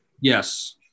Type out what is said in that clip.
Yes